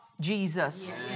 Jesus